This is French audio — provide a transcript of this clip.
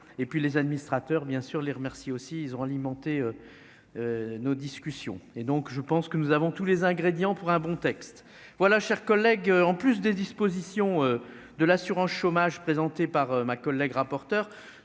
et puis les administrateurs bien sûr les remercie aussi ils ont alimenté nos discussions et donc je pense que nous avons tous les ingrédients pour un bon texte, voilà, chers collègues, en plus des dispositions de l'assurance chômage, présenté par ma collègue rapporteur,